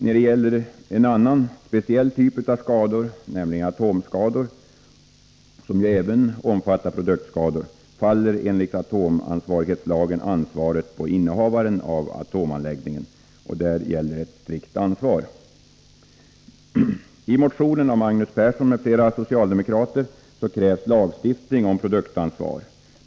När det gäller en annan speciell typ av skador, nämligen atomskador som ju även omfattar produktskador, faller enligt atomansvarighetslagen ansvaret på innehavaren av atomanläggningen, och där gäller ett strikt ansvar. I motionen av Magnus Persson m.fl. socialdemokrater krävs lagstiftning om produktansvar.